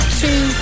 two